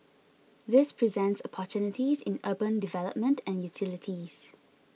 this presents opportunities in urban development and utilities